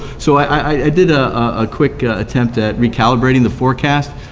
so i did a quick attempt at recalibrating the forecast,